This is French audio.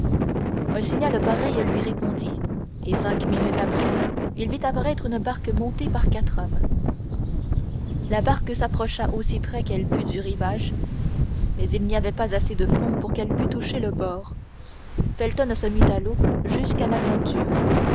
un signal pareil lui répondit et cinq minutes après il vit apparaître une barque montée par quatre hommes la barque s'approcha aussi près qu'elle put du rivage mais il n'y avait pas assez de fond pour qu'elle pût toucher le bord felton se mit à l'eau jusqu'à la ceinture